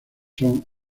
son